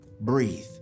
Breathe